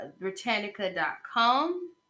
Britannica.com